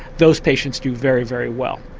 those patients do very, very well.